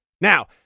now